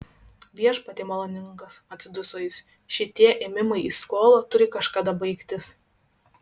viešpatie maloningas atsiduso jis šitie ėmimai į skolą turi kažkada baigtis